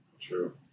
True